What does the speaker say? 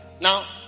now